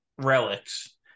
relics